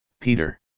Peter